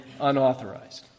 unauthorized